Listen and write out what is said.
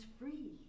free